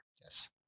Yes